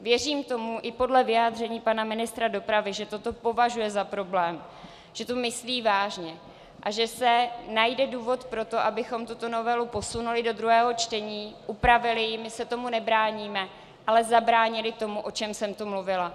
Věřím tomu i podle vyjádření pana ministra dopravy, že toto považuje za problém, že to myslí vážně, a že se najde důvod pro to, abychom tuto novelu posunuli do druhého čtení, upravili ji, my se tomu nebráníme, ale zabránili tomu, o čem jsem tu mluvila.